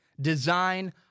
design